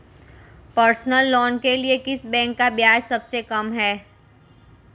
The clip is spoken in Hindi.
पर्सनल लोंन के लिए किस बैंक का ब्याज सबसे कम है?